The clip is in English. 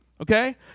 Okay